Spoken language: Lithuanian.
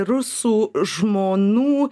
rusų žmonų